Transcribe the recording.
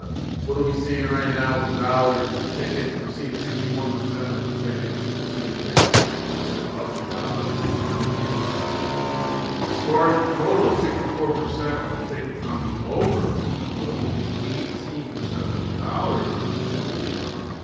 ah what are we seeing right now with the dollars and the tickets we're seeing sixty one percent of the tickets. we're seeing fifty six percent of the dollars on kansas city as far as the total sixty four percent of the tickets on the. over put only eighteen percent of the dollars on the owners john.